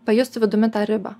pajusti vidumi tą ribą